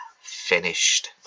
finished